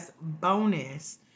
bonus